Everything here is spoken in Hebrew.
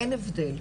אין הבדל.